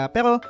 Pero